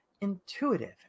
intuitive